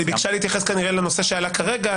אבל היא ביקשה להתייחס כנראה לנושא שעלה כרגע,